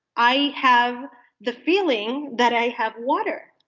i have the feeling that i have water,